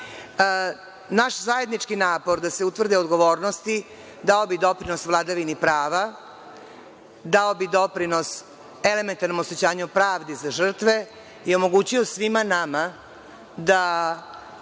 zajednički napor da se utvrde odgovornosti dao bi doprinos vladavini prava, dao bi doprinos elementarnom osećanju pravdi za žrtve i omogućio svima nama da